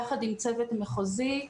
יחד עם צוות מחוזי,